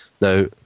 Now